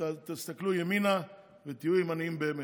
ותסתכלו ימינה ותהיו ימניים באמת.